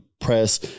press